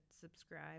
subscribe